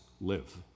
live